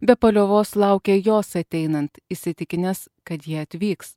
be paliovos laukė jos ateinant įsitikinęs kad ji atvyks